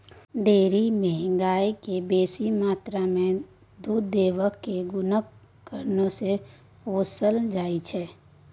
dairy मे गाय केँ बेसी मात्रा मे दुध देबाक गुणक कारणेँ पोसल जाइ छै